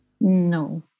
No